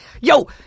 Yo